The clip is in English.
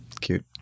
cute